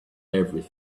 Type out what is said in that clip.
everything